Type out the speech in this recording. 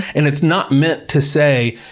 and it's not meant to say,